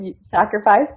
sacrifice